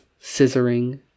scissoring